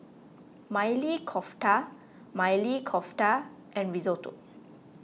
Maili Kofta Maili Kofta and Risotto